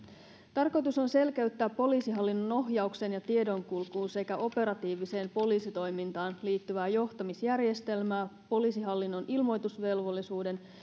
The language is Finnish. tarkoitus on selkeyttää poliisihallinnon ohjaukseen ja tiedonkulkuun sekä operatiiviseen poliisitoimintaan liittyvää johtamisjärjestelmää poliisihallinnon ilmoitusvelvollisuuden